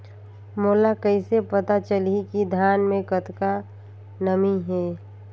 मोला कइसे पता चलही की धान मे कतका नमी हे?